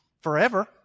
forever